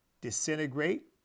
disintegrate